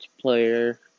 player